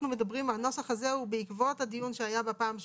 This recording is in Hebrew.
הנוסח הזה הוא בעקבות הדיון שהיה בפעם שעברה.